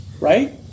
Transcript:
right